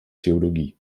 theologie